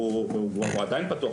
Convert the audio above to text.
הוא עדיין פתוח,